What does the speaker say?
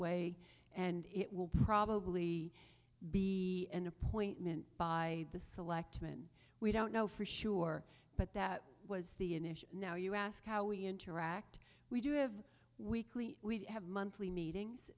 way and it will probably be an appointment by the selectmen we don't know for sure but that was the initial now you ask how we interact we do have weekly we have monthly meetings